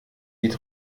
lied